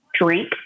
drink